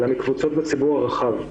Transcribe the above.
אלא מקבוצות בציבור הרחב.